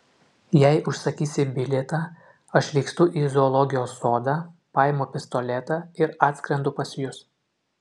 jei užsakysi bilietą aš vykstu į zoologijos sodą paimu pistoletą ir atskrendu pas jus